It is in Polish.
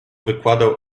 wykładał